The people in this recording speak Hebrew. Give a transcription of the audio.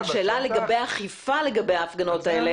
השאלה היא לגבי האכיפה לגבי ההפגנות האלה.